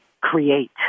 create